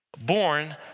born